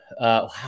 wow